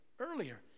earlier